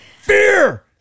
fear